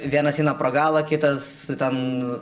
vienas eina pro galą kitas ten